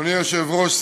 אדוני היושב-ראש,